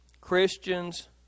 Christians